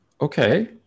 Okay